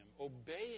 obeying